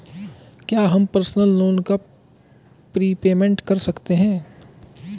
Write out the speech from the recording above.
क्या हम personal loan का प्रीपेमेंट कर सकते हैं?